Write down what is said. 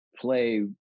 play